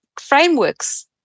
frameworks